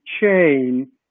chain